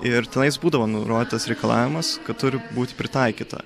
ir tenais būdavo nurodytas reikalavimas kad turi būti pritaikyta